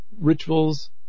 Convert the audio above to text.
rituals